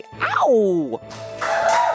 Ow